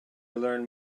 learn